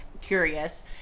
curious